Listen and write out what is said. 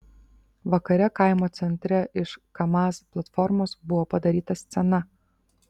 vakare kaimo centre iš kamaz platformos buvo padaryta scena